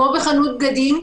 כמו בחנות בגדים,